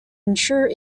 ensure